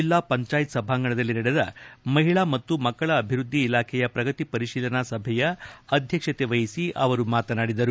ಜಿಲ್ಲಾ ಪಂಚಾಯತ್ ಸಭಾಂಗಣದಲ್ಲಿ ನಡೆದ ಮಹಿಳಾ ಮತ್ತು ಮಕ್ಕಳ ಅಭಿವೃದ್ದಿ ಇಲಾಖೆಯ ಪ್ರಗತಿ ಪರಿಶೀಲನಾ ಸಭೆಯ ಅಧ್ಯಕ್ಷತೆ ವಹಿಸಿ ಅವರು ಮಾತನಾಡಿದರು